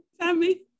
Sammy